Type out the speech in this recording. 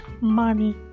money